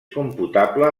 computable